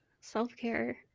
Self-care